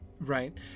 Right